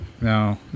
no